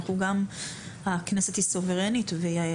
הכנסת היא סוברנית והיא